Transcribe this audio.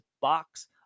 box